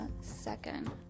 second